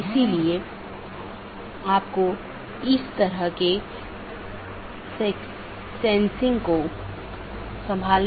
इन मार्गों को अन्य AS में BGP साथियों के लिए विज्ञापित किया गया है